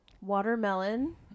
watermelon